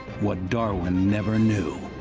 what darwin never knew.